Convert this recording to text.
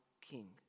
king